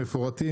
מפורטים,